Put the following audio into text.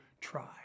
try